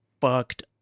fucked